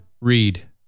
read